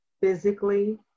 physically